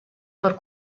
per